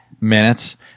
minutes